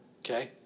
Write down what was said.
Okay